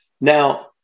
Now